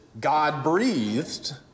God-breathed